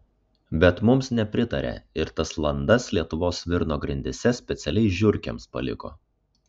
bet mums nepritarė ir tas landas lietuvos svirno grindyse specialiai žiurkėms paliko